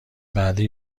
بعدی